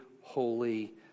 holy